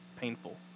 painful